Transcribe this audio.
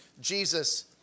Jesus